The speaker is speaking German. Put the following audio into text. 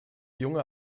junge